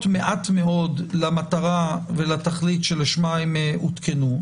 מעט מאוד למטרה ולתכלית שלשמה הן הותקנו,